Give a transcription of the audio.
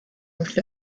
looked